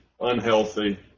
unhealthy